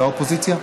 לא האופוזיציה,